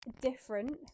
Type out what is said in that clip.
different